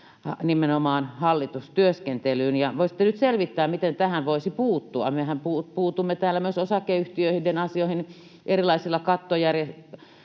nimenomaan hallitustyöskentelyyn, ja voisitte nyt selvittää, miten tähän voisi puuttua. Mehän puutumme täällä myös osakeyhtiöiden asioihin erilaisilla tuottokattojärjestelyillä,